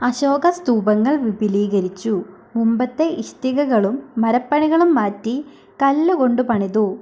അശോക സ്തൂപങ്ങൾ വിപുലീകരിച്ചു മുമ്പത്തെ ഇഷ്ടികകളും മരപ്പണികളും മാറ്റി കല്ലു കൊണ്ട് പണിതു